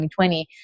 2020